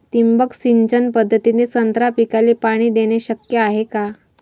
ठिबक सिंचन पद्धतीने संत्रा पिकाले पाणी देणे शक्य हाये का?